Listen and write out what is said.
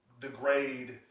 degrade